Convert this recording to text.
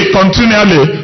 continually